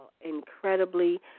incredibly